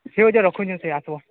ଠିକ୍ ଅଛି ରଖୁଛି ସେ ଆସିବ